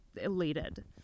elated